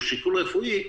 הוא שיקול רפואי,